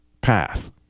path